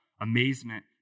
amazement